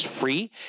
free